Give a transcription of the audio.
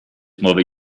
mother